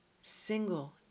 single